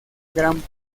gran